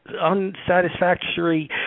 unsatisfactory